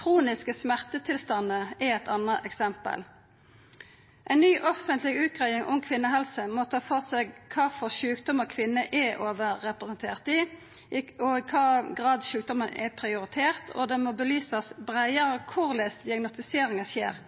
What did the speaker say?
Kroniske smertetilstandar er eit anna eksempel. Ei ny offentleg utgreiing om kvinnehelse må ta for seg kva for sjukdomar kvinner er overrepresenterte i, og i kva grad sjukdomen er prioritert, og det må verta belyst breiare korleis diagnostiseringa skjer.